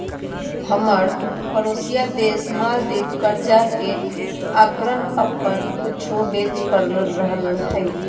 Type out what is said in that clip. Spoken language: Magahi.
हमर परोसिया देश मालदीव कर्जा के कारण अप्पन कुछो बेचे पड़ रहल हइ